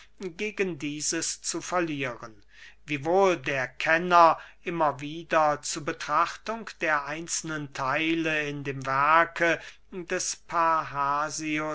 gegen dieses zu verlieren wiewohl der kenner immer wieder zu betrachtung der einzelnen theile in dem werke des